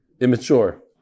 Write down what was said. immature